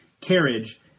carriage